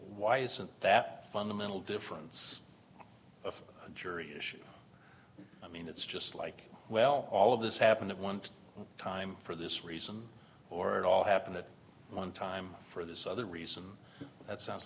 why isn't that a fundamental difference of a jury issue i mean it's just like well all of this happened at one time for this reason or it all happened at one time for this other reason that sounds